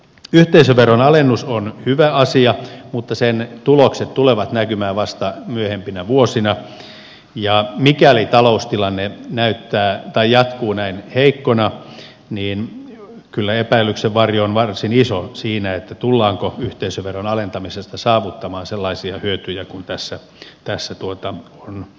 yhteisöveron alennus on hyvä asia mutta sen tulokset tulevat näkymään vasta myöhempinä vuosina ja mikäli taloustilanne jatkuu näin heikkona niin kyllä epäilyksen varjo on varsin iso siinä tullaanko yhteisöveron alentamisesta saavuttamaan sellaisia hyötyjä kuin tässä on arvioitu